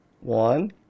one